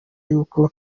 y’uko